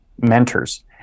mentors